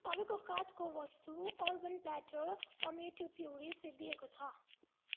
तपाईँको कार्टको वस्तु अर्बन प्ल्याटर टमेटो प्युरी सिद्धिएको छ